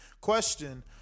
Question